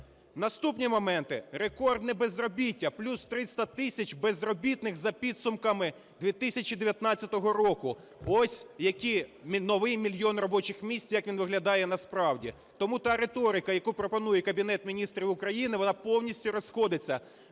Наступні моменти. Рекордне безробіття. Плюс 300 тисяч безробітних за підсумками 2019 року. Ось який новий мільйон робочих місць, як він виглядає насправді. Тому та риторика, яку пропонує Кабінет Міністрів України, вона повністю розходиться